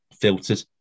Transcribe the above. filtered